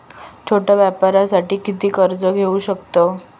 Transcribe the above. छोट्या व्यवसायासाठी किती कर्ज घेऊ शकतव?